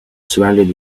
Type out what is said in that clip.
surrounding